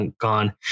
gone